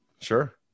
Sure